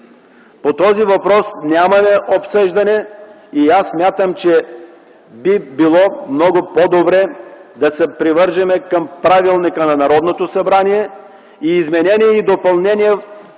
по него няма обсъждане. Смятам, че би било много по-добре да се привържем към правилника на Народното събрание и изменения и допълнения